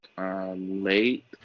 Late